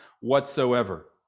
whatsoever